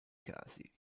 casi